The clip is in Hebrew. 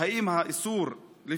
2. האם האיסור הוא לפיו?